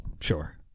Sure